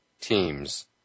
teams